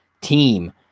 team